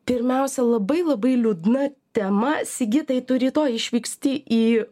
pirmiausia labai labai liūdna tema sigitai tu rytoj išvyksti į